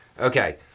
Okay